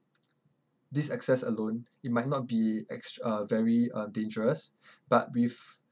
this access alone it might not be extr~ uh very uh dangerous but with